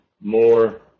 more